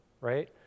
right